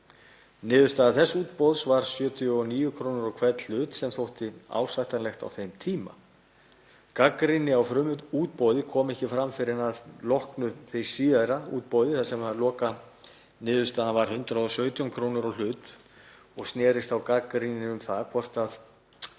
Niðurstaða þess útboðs var 79 kr. á hvern hlut sem þótti ásættanlegt á þeim tíma. Gagnrýni á frumútboðið kom ekki fram fyrr en að loknu síðara útboðinu þar sem lokaniðurstaðan var 117 kr. á hlut og snerist þá gagnrýnin um það hvort